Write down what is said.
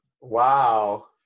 Wow